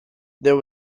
there